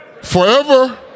Forever